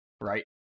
right